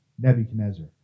Nebuchadnezzar